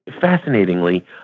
fascinatingly